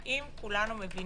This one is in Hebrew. ואם בסופו של יום אנחנו רואים